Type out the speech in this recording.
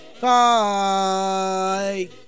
Bye